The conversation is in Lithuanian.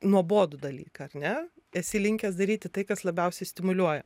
nuobodų dalyką ar ne esi linkęs daryti tai kas labiausiai stimuliuoja